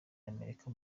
y’amerika